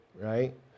right